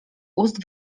ust